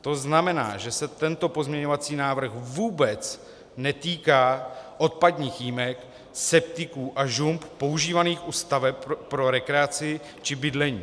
To znamená, že se tento pozměňovací návrh vůbec netýká odpadních jímek, septiků a žump používaných u staveb pro rekreaci či bydlení.